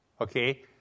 Okay